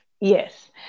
Yes